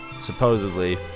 supposedly